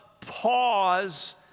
pause